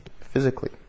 physically